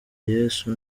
yesu